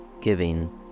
Giving